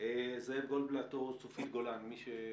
זאב גולדבלט או צופית גולן, מי שייתן.